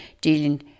dealing